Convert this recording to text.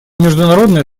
международное